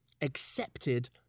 accepted